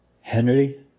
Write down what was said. Henry